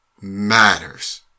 matters